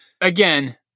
Again